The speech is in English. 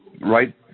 right